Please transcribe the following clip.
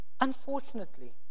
unfortunately